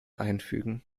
einfügen